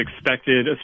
expected